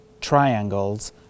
triangles